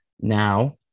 Now